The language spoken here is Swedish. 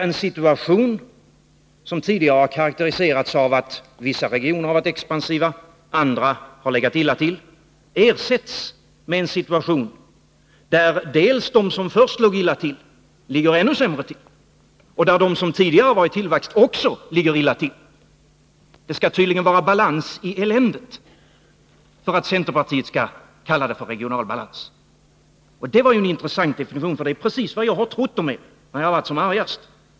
En situation som tidigare karakteriserats av att vissa regioner varit expansiva, medan andra legat illa till, har ersatts med en situation, där dels de som först låg illa till ligger ännu sämre till, där dels de som varit i tillväxt också ligger illa till. Det skall tydligen vara balans i eländet för att centerpartiet skall kalla det för regional balans. Det var en intressant definition, för det är precis vad jag trott om er när jag varit som argast.